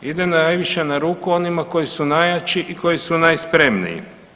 Ide najviše na ruku onima koji su najjači i koji su najspremniji.